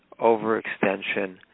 overextension